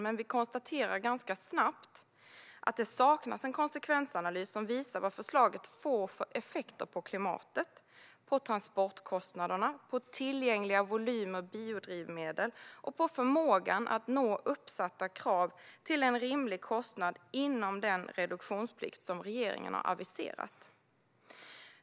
Men vi konstaterar ganska snabbt att det saknas en konsekvensanalys som visar vilka effekter förslaget får på klimatet, på transportkostnader, på tillgängliga volymer biodrivmedel och på förmågan att nå uppsatta krav till en rimlig kostnad inom den reduktionsplikt som regeringen har aviserat.